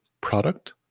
product